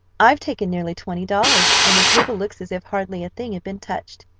i've taken nearly twenty dollars, and the table looks as if hardly a thing had been touched.